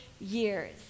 years